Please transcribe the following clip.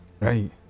Right